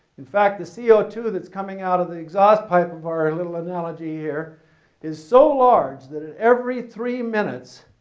in fact the c o two that's coming out of the exhaust pipe of our little analogy here is so large that at every three minutes,